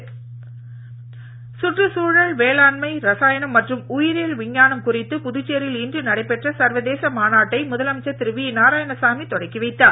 மாநாடு சுற்றுச்சூழல் வேளாண்மை ரசாயனம் மற்றும் உயிரியல் விஞ்ஞானம் குறித்து புதுச்சேரியில் இன்று நடைபெற்ற சர்வதேச மாநாட்டை முதலமைச்சர் திரு வி நாராயணசாமி தொடக்கி வைத்தார்